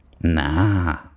Nah